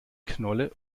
knolle